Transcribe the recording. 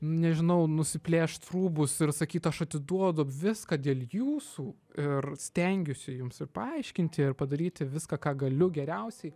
nežinau nusiplėšt rūbus ir sakyt aš atiduodu viską dėl jūsų ir stengiuosi jums ir paaiškinti ir padaryti viską ką galiu geriausiai